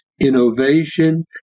innovation